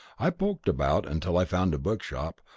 i poked about until i found a bookshop,